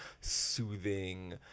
soothing